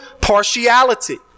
partiality